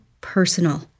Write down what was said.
personal